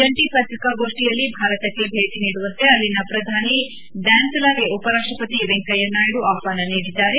ಜಂಟಿ ಪತ್ರಿಕಾಗೋಷ್ಣಿಯಲ್ಲಿ ಭಾರತಕ್ಕೆ ಭೇಟಿ ನೀಡುವಂತೆ ಅಲ್ಲಿನ ಪ್ರಧಾನಿ ಡ್ಯಾನ್ಸಿಲಾಗೆ ಉಪರಾಷ್ಟ ಪತಿ ವೆಂಕಯ್ಯ ನಾಯ್ಡು ಆಹ್ವಾನ ನೀಡಿದ್ದಾರೆ